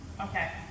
okay